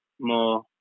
more